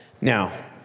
Now